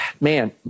Man